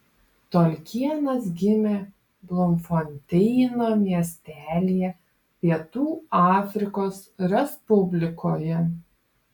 tolkienas gimė blumfonteino miestelyje pietų afrikos respublikoje